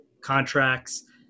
contracts